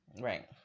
Right